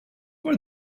for